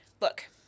look